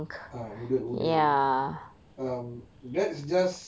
ah noodle oodle um that's just